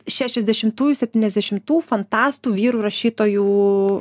šešiasdešimtųjų septyniasdešimtų fantastų vyrų rašytojų